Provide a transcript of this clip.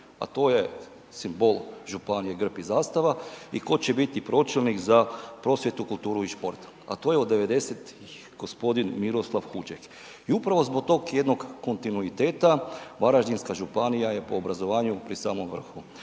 a to je simbol županije, grb i zastava i tko će biti pročelnik za prosvjetu, kulturu i šport, a to je od 90-ih g. Miroslav Huđek. I upravo zbog tog jednog kontinuiteta, Varaždinska županija je po obrazovanju pri samom vrhu.